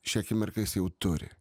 šią akimirką jis jau turi